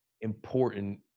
important